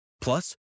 plus